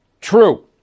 True